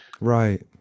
Right